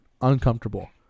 uncomfortable